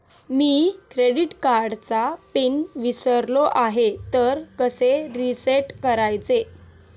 मी credit कार्डचा pin विसरलो आहे तर कसे रीसेट करायचे?